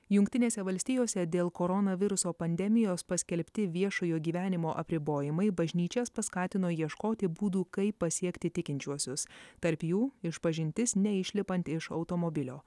jungtinėse valstijose dėl koronaviruso pandemijos paskelbti viešojo gyvenimo apribojimai bažnyčias paskatino ieškoti būdų kaip pasiekti tikinčiuosius tarp jų išpažintis neišlipant iš automobilio